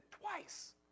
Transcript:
twice